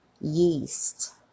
yeast